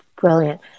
brilliant